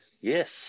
yes